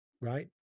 right